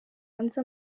hanze